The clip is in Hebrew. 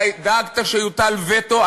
אתה דאגת שיוטל וטו,